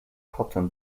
cotton